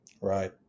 Right